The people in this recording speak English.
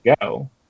go